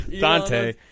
Dante